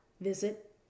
visit